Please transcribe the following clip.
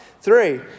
Three